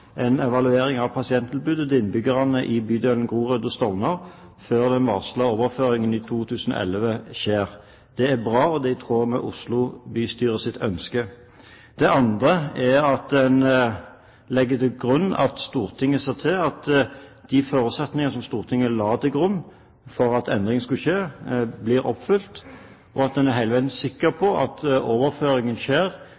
en evaluering av pasienttilbudet til innbyggerne i bydelene Grorud og Stovner før den varslede overføringen i 2011 skjer. Det er bra, og det er i tråd med Oslo bystyres ønske. Det andre er at en legger til grunn at Stortinget ser til at de forutsetninger som Stortinget la til grunn for at endring skulle skje, blir oppfylt, og at en hele veien er sikker